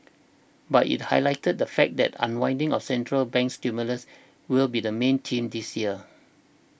but it highlighted the fact that unwinding of central bank stimulus will be the main theme this year